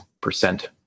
percent